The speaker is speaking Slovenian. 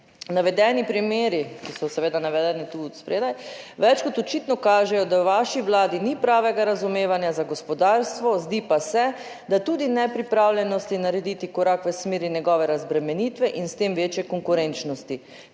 navedeni primeri…" - ki so seveda navedeni tu spredaj - "…več kot očitno kažejo, da v vaši Vladi ni pravega razumevanja za gospodarstvo, zdi pa se, da tudi nepripravljenosti narediti korak v smeri njegove razbremenitve in s tem večje konkurenčnosti.